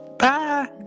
Bye